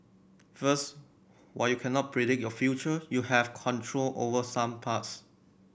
first while you cannot predict your future you have control over some parts